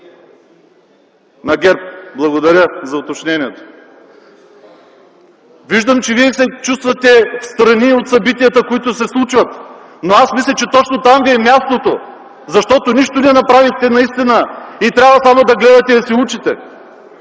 На ГЕРБ, благодаря за уточнението. Виждам, че вие се чувствате встрани от събитията, които се случват. Мисля, че точно там ви е мястото, защото наистина нищо не направихте и трябва само да гледате и да се учите